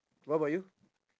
what about you